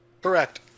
Correct